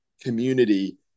community